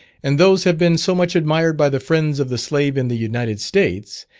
and those have been so much admired by the friends of the slave in the united states,